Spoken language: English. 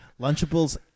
Lunchables